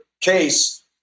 case